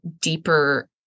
deeper